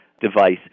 device